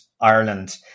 Ireland